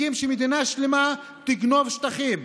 מסכים שמדינה שלמה תגנוב שטחים,